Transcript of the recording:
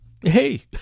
hey